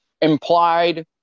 Implied